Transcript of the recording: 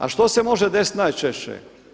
A što se može desiti najčešće?